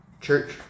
church